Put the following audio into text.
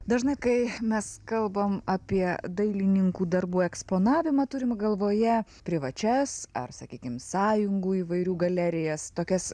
dažnai kai mes kalbam apie dailininkų darbų eksponavimą turim galvoje privačias ar sakykim sąjungų įvairių galerijas tokias